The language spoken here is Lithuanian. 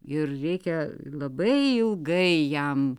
ir reikia labai ilgai jam